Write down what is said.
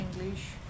English